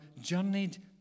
journeyed